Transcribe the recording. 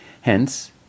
Hence